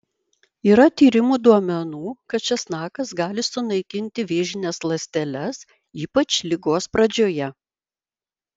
yra tyrimų duomenų kad česnakas gali sunaikinti vėžines ląsteles ypač ligos pradžioje